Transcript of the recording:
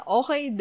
okay